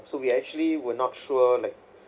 so we actually were not sure like